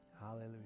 Hallelujah